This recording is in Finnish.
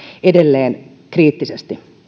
edelleen kriittisesti